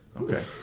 Okay